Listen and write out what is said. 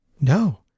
no